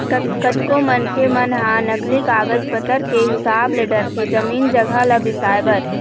कतको मनखे मन ह नकली कागज पतर के हिसाब ले डरथे जमीन जघा ल बिसाए बर